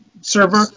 server